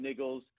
niggles